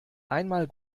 einmal